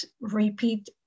repeat